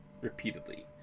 repeatedly